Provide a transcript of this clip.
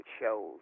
shows